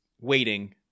waiting